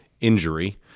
injury